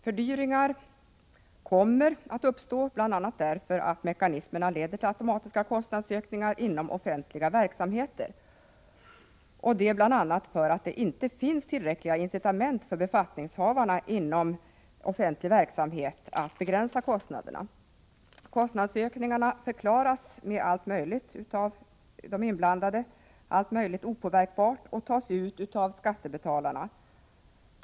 Fördyringar kommer att uppstå, bl.a. därför att mekanismerna leder till automatiska kostnadsökningar inom offentliga verksamheter, och det bl.a. för att det inte finns tillräckliga incitament för befattningshavarna inom offentlig verksamhet att begränsa kostnaderna. Kostnadsökningarna förklaras av de inblandade med allt möjligt opåverkbart och tas ut av skattebetalarna.